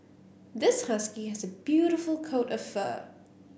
this husky has a beautiful coat of fur